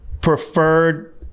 preferred